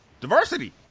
diversity